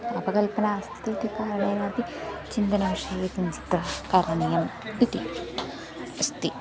अपकल्पनाः अस्ति इति कारणेन अपि चिन्तनविषये किं तत् कारणीयम् इति अस्ति